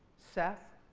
seth.